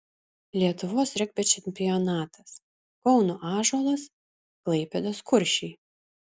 lietuvos regbio čempionatas kauno ąžuolas klaipėdos kuršiai